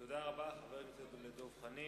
תודה רבה, חבר הכנסת דב חנין.